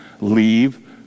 leave